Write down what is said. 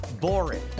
boring